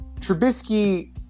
Trubisky